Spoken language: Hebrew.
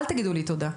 אל תגידו לי תודה.